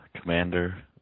Commander